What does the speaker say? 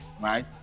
right